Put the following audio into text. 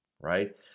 right